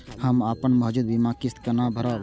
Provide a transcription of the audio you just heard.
हम अपन मौजूद बीमा किस्त केना भरब?